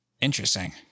Interesting